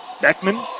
Beckman